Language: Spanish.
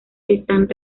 están